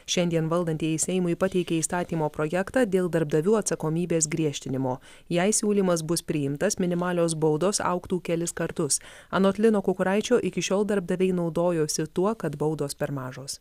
šiandien valdantieji seimui pateikė įstatymo projektą dėl darbdavių atsakomybės griežtinimo jei siūlymas bus priimtas minimalios baudos augtų kelis kartus anot lino kukuraičio iki šiol darbdaviai naudojosi tuo kad baudos per mažos